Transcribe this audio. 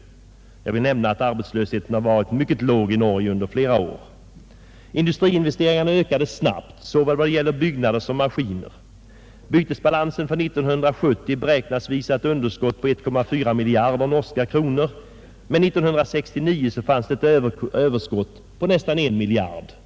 Jag vill nämna att arbetslösheten har varit mycket låg i Norge under flera år. Industriinvesteringarna ökade snabbt såväl i vad gäller byggnader som maskiner. Bytesbalansen för 1970 beräknas visa ett underskott på 1,4 miljarder norska kronor, men 1969 fanns det ett överskott på nästan 1 miljard kronor.